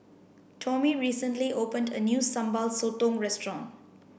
Tomie recently opened a new Sambal Sotong restaurant